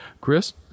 Chris